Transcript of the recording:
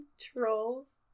trolls